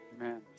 Amen